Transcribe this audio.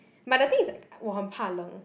but the thing is 我很怕冷